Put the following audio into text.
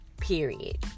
period